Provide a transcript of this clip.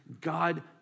God